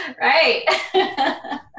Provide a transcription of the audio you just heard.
Right